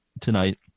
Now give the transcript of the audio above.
tonight